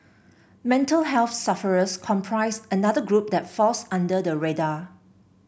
mental health sufferers comprise another group that falls under the radar